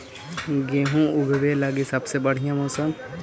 गेहूँ ऊगवे लगी सबसे बढ़िया मौसम?